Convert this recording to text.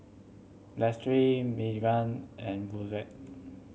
Meagan and